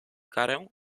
karę